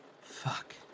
Fuck